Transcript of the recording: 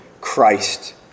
Christ